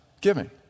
giving